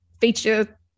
feature